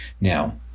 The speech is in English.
Now